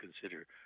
consider